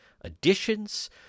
additions